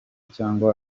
cyangwa